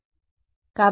విద్యార్థి సరే